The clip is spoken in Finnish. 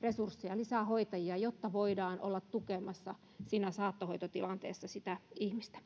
resurssia lisää hoitajia jotta voidaan olla tukemassa saattohoitotilanteessa sitä ihmistä